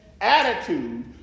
attitude